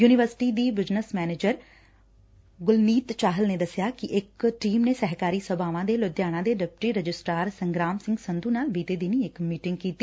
university ਦੀ business manager Gulneet Chahal ਨੇ ਦੱਸਿਆ ਕਿ ਇੱਕ ਟੀਮ ਨੇ ਸਹਿਕਾਰੀ ਸਭਾਵਾਂ ਦੇ ਲੁਧਿਆਣਾ ਦੇ ਡਿਪਟੀ ਰਜਿਸਟਰਾਰ ਸੰਗਰਾਮ ਸਿੰਘ ਸੰਧੂ ਨਾਲ ਬੀਤੇ ਦਿਨੀ ਇੱਕ ਮੀਟਿੰਗ ਕੀਤੀ